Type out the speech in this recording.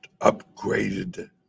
upgraded